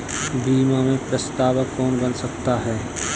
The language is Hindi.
बीमा में प्रस्तावक कौन बन सकता है?